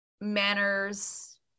manners